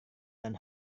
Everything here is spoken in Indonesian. dan